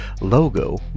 Logo